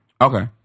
Okay